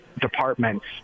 departments